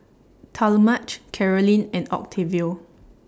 Talmadge Caroline and Octavio